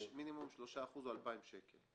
יש מינימום של 3% או 2,000 שקל,